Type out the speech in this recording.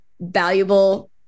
valuable